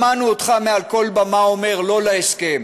שמענו אותך מעל כל במה אומר "לא" להסכם,